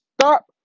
stop